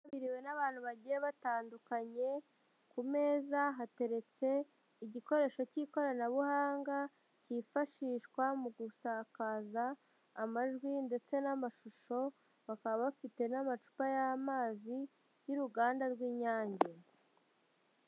Yitabiriwe n'abantu bagiye batandukanye, ku meza hateretse igikoresho cy'ikoranabuhanga cyifashishwa mu gusakaza amajwi ndetse n'amashusho, bakaba bafite n'amacupa y'amazi y'uruganda rw'Inyange.